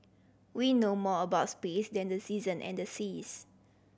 we know more about space than the season and the seas